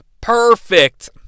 perfect